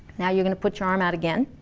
now you're gonna put your arm out again